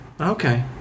okay